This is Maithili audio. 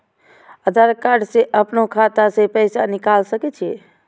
आधार कार्ड से अपनो खाता से पैसा निकाल सके छी?